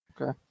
Okay